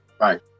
Right